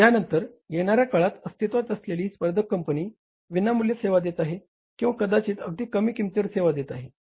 यानंतर येणार्या काळात अस्तित्वात असलेली ही स्पर्धेक कंपनी विनामुल्य सेवा देत आहे किंवा कदाचित अगदी कमी किंमतीवर सेवा देत आहे